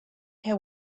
care